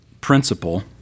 principle